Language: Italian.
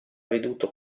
veduto